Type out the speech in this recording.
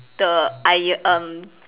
the iro~ um